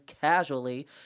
casually